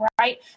right